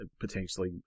potentially